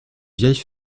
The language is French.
vieille